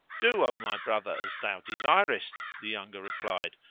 do, o my brother, as thou desirest, the younger replied,